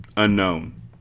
unknown